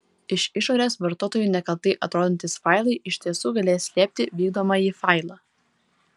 iš išorės vartotojui nekaltai atrodantys failai iš tiesų galės slėpti vykdomąjį failą